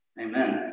Amen